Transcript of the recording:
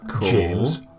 James